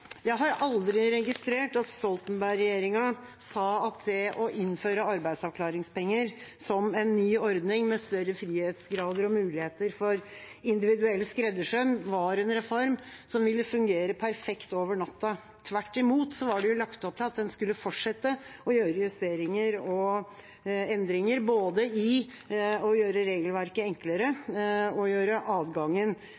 jeg har aldri registrert at Stoltenberg-regjeringa sa at det å innføre arbeidsavklaringspenger, som en ny ordning med større frihetsgrad og muligheter for individuell skreddersøm, var en reform som ville fungere perfekt over natta. Tvert imot var det lagt opp til at en skulle fortsette å gjøre justeringer og endringer, både for å gjøre regelverket